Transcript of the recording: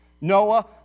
Noah